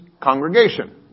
congregation